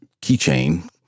keychain